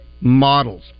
models